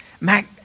Mac